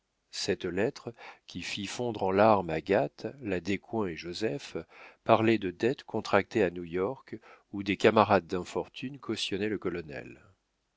cette lettre qui fit fondre en larmes agathe la descoings et joseph parlait de dettes contractées à new-york où des camarades d'infortune cautionnaient le colonel